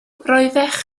roeddech